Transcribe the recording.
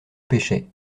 pêchait